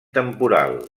temporal